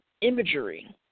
imagery